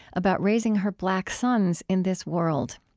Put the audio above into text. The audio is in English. about raising her black sons in this world.